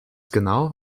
genau